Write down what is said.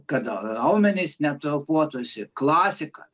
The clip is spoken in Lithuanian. kad raumenys neatrofuotųsi klasika